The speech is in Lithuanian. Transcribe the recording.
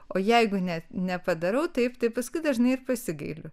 o jeigu net nepadarau taip tai paskui dažnai ir pasigailiu